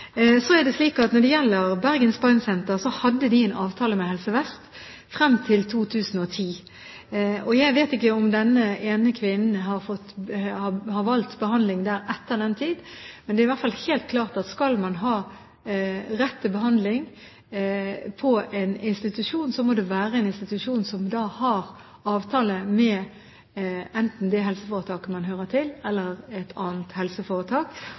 Når det gjelder Bergen Spine Center: De hadde en avtale med Helse Vest frem til 2010. Jeg vet ikke om denne ene kvinnen har valgt behandling der etter den tid, men det er i hvert fall helt klart at skal man ha rett til behandling på en institusjon, må det være en institusjon som har avtale med enten det helseforetaket man hører til, eller et annet helseforetak.